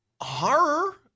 Horror